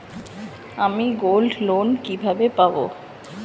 আমি গোল্ডলোন কিভাবে পাব?